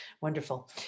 Wonderful